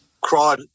cried